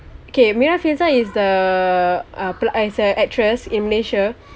okay mira filzah is the uh pel~ actress in malaysia